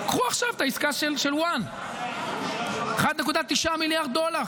קחו עכשיו את העסקה של Own, 1.9 מיליארד דולר.